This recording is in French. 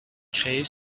créée